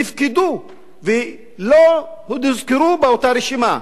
נפקדו ולא הוזכרו באותה רשימה.